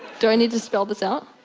do i need to spell this out?